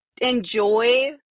enjoy